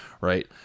right